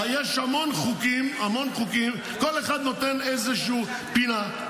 יש המון חוקים, כל אחד נותן איזושהי פינה.